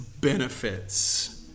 benefits